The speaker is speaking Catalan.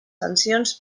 sancions